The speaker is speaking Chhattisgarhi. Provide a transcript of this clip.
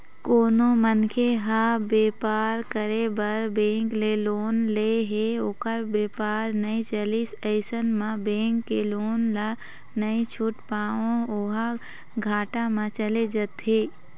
कोनो मनखे ह बेपार करे बर बेंक ले लोन ले हे ओखर बेपार नइ चलिस अइसन म बेंक के लोन ल नइ छूट पावय ओहा घाटा म चले जाथे